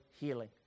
healing